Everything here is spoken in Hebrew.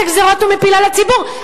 איזה גזירות הוא מפיל על הציבור.